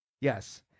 Yes